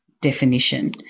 definition